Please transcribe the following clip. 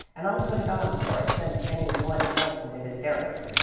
and i'll put it on before i send any one else into hysterics.